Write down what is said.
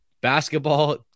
Basketball